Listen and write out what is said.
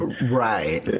Right